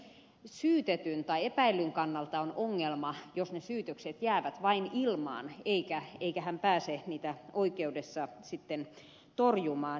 kyllähän myös syytetyn tai epäillyn kannalta on ongelma jos ne syytökset jäävät vain ilmaan eikä hän pääse niitä oikeudessa sitten torjumaan